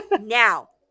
Now